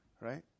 right